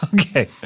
Okay